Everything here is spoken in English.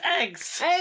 eggs